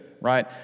Right